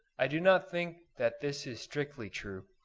i do not think that this is strictly true,